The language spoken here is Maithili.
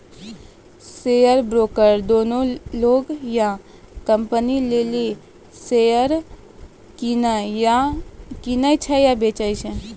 शेयर ब्रोकर दोसरो लोग या कंपनी लेली शेयर किनै छै या बेचै छै